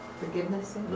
forgiveness